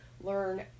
learn